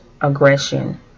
aggression